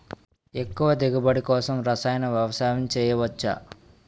ఎక్కువ దిగుబడి కోసం రసాయన వ్యవసాయం చేయచ్చ?